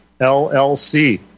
llc